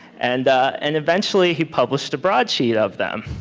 and and eventually he published a broadsheet of them.